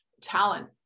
talent